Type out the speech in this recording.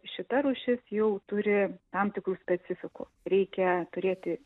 šita rūšis jau turi tam tikrų specifikų reikia turėti